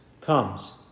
comes